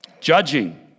Judging